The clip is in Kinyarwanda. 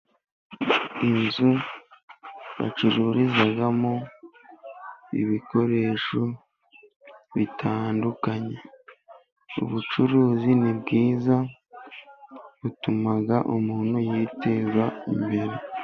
Inzu bacururizamo ibikoresho bitandukanye, ubucuruzi ni bwiza butuma umuntu yiteza imbere.